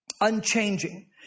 Unchanging